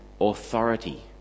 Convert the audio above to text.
authority